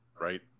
right